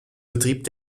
betrieb